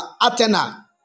Athena